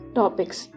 topics